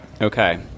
Okay